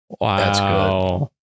Wow